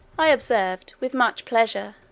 i observed, with much pleasure,